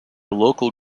local